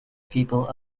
people